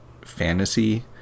fantasy